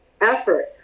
effort